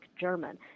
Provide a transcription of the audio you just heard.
German